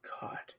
God